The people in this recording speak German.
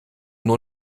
nur